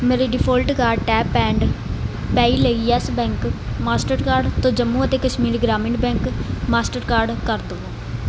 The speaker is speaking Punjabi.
ਮੇਰੇ default card tap and pay ਲਈ ਯੈੱਸ ਬੈਂਕ ਮਾਸਟਰਕਾਰਡ ਤੋਂ ਜੰਮੂ ਅਤੇ ਕਸ਼ਮੀਰ ਗ੍ਰਾਮੀਣ ਬੈਂਕ ਮਾਸਟਰਕਾਰਡ ਕਰ ਦਵੋ